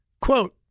quote